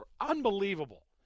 unbelievable